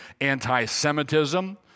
anti-Semitism